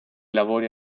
lavori